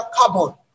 carbon